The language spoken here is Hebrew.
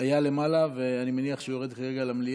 היה למעלה ואני מניח שהוא יורד למליאה.